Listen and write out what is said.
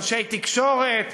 אנשי תקשורת,